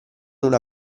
una